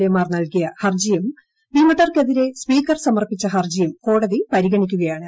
എമാർ നൽകിയ ഹരജിയും വിമതർക്കെതിരെ സ്പീക്കർ സമർപ്പിച്ച ഹർജിയും കോടതി പരിഗണിക്കുകയാണ്